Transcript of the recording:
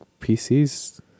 PCs